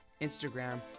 Instagram